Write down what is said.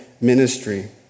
ministry